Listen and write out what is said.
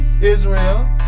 Israel